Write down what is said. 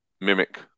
mimic